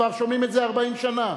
כבר שומעים את זה 40 שנה.